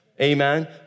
Amen